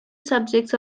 subjects